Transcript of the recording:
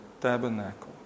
tabernacle